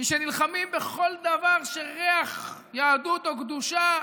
ונלחמים בכל דבר שריח של יהדות או קדושה